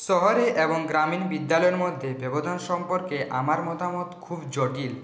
শহরে এবং গ্রামীণ বিদ্যালয়ের মধ্যে ব্যবধান সম্পর্কে আমার মতামত খুব জটিল